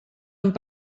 amb